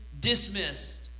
dismissed